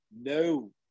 No